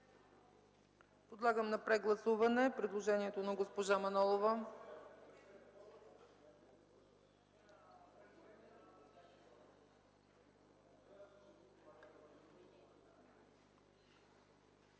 Подлагам на прегласуване предложението на госпожа Манолова.